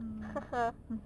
mm